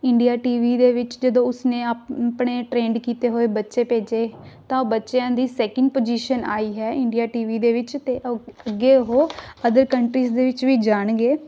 India T V ਦੇ ਵਿੱਚ ਜਦੋਂ ਉਸਨੇ ਆਪਣੇ ਟ੍ਰੇਂਡ ਕੀਤੇ ਹੋਏ ਬੱਚੇ ਭੇਜੇ ਤਾਂ ਉਹ ਬੱਚਿਆਂ ਦੀ ਸੈਕਿੰਡ ਪੁਜੀਸ਼ਨ ਆਈ ਹੈ ਇੰਡੀਆ ਟੀ ਵੀ ਦੇ ਵਿੱਚ ਅਤੇ ਅੱਗੇ ਉਹ ਅਦਰ ਕੰਟਰੀਜ਼ ਦੇ ਵਿੱਚ ਵੀ ਜਾਣਗੇ